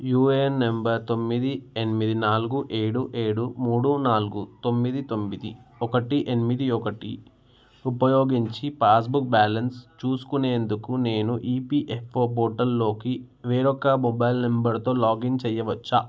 UAN number తొమ్మిది ఎనిమిది నాలుగు ఏడు ఏడు మూడు నాలుగు తొమ్మిది తొమ్మిది ఒకటి ఎనిమిది ఒకటి ఉపయోగించి పాస్బుక్ బ్యాలన్స్ చూసుకునేందుకు నేను ఈపిఎఫ్ఓ పోర్టల్లోకి వేరొక మొబైల్ నంబరుతో లాగిన్ చేయ్యవచ్చా